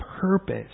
purpose